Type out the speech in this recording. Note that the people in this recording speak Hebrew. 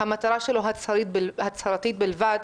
המטרה שלו הצהרתית בלבד,